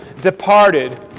departed